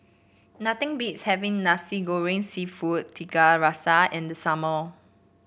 nothing beats having Nasi Goreng seafood Tiga Rasa in the summer